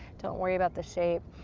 don't worry about the shape.